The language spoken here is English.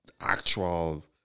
actual